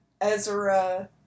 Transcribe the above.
Ezra